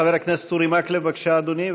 חבר הכנסת אורי מקלב, בבקשה, אדוני.